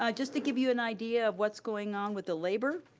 ah just to give you an idea of what's going on with the labor.